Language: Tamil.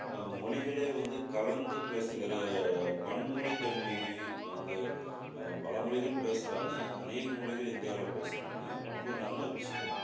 மொழிகளே வந்து கலந்து பேசுகிற பன்மொழி தன்மை வந்து பல மொழிகள் பேசுகிறாங்க அனேக மொழிகள் இந்தியாவில் பேசுகிறாங்க ரொம்ப நல்ல விஷயோம்